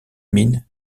mines